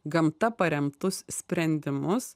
gamta paremtus sprendimus